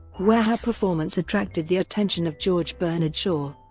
where her performance attracted the attention of george bernard shaw.